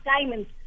diamonds